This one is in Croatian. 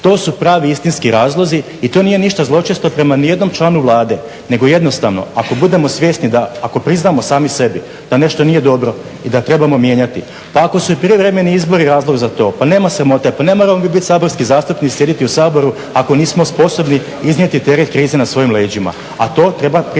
To su pravi i istinski razlozi i to nije ništa zločesto prema nijednom članu Vlade nego jednostavno ako budemo svjesni da ako priznamo sami sebi da nešto nije dobro i da trebamo mijenjati, pa ako su i prijevremeni izbori razlog za to pa nema sramote. Pa ne moramo mi biti saborski zastupnici i sjediti u Saboru ako nismo sposobni iznijeti teret krize na svojim leđima.